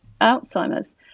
Alzheimer's